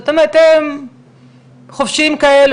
זאת אומרת הם חופשיים כאלה,